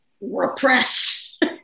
repressed